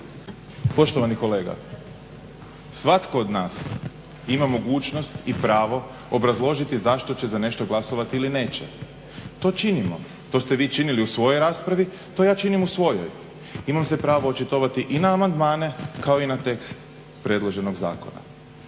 Poštovani kolega, svatko od nas ima mogućnost i pravo obrazložiti zašto će za nešto glasovati ili neće. To činimo, to ste vi činili u svojoj raspravi, to ja činim u svojoj. Imali ste pravo očitovati i na amandmane kao i na tekst predloženog zakona.